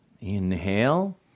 Inhale